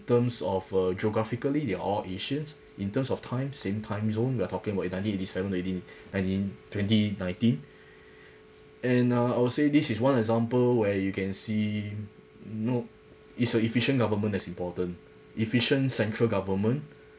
terms of uh geographically they're all asians in terms of time same time zone we're talking about in nineteen eighty seven to eighteen nineteen twenty nineteen and uh I would say this is one example where you can see know is a efficient government that's important efficient central government